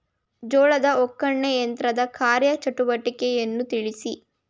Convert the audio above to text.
ಜೋಳದ ಒಕ್ಕಣೆ ಯಂತ್ರದ ಕಾರ್ಯ ಚಟುವಟಿಕೆಯನ್ನು ತಿಳಿಸಿ?